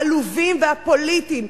העלובים והפוליטיים.